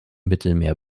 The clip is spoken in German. mittelmeer